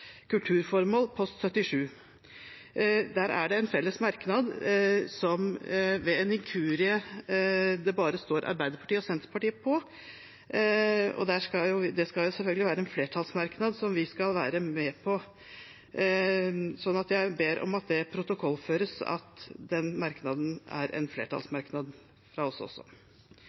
post 77 Stimuleringsmidler til kultur, frivillighet og idrett ifb. covid-19. Der er det en felles merknad som det ved en inkurie bare står Arbeiderpartiet og Senterpartiet på, og det skal selvfølgelig være en flertallsmerknad som vi skal være med på. Jeg ber om at det protokollføres at den merknaden er en flertallsmerknad fra oss også.